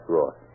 Ross